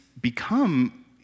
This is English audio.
become